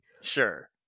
Sure